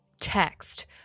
text